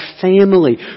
family